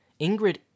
ingrid